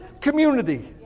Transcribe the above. community